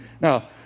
Now